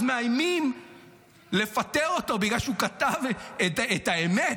אז מאיימים לפטר אותו בגלל שהוא כתב את האמת,